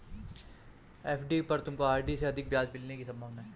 FD पर तुमको RD से अधिक ब्याज मिलने की संभावना है